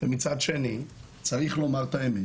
ומצד שני צריך לומר את האמת